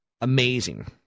amazing